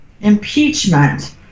impeachment